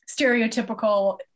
stereotypical